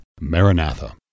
Maranatha